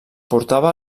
portava